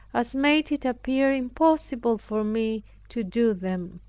as made it appear impossible for me to do them.